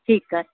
ठीकु आहे